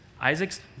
Isaac's